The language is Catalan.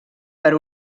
per